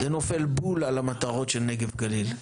זה נופל בול על המטרות של נגב גליל.